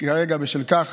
כרגע בשל כך